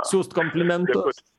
siųst komplimentus